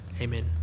Amen